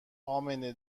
امنه